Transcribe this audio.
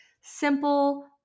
simple